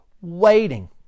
waiting